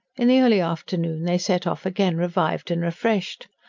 in the early afternoon they set off again, revived and refreshed.